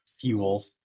fuel